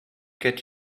get